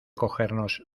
cogernos